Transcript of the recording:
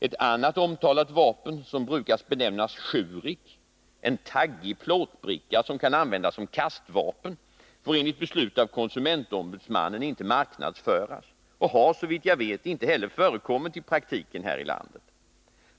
Ett annat omtalat vapen som brukar benämnas shurik — en taggig plåtbricka som kan användas som kastvapen — får enligt beslut av konsumentombudsmannen inte marknadsföras och har såvitt jag vet inte heller förekommit i praktiken här i landet.